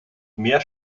mehr